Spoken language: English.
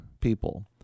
People